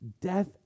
death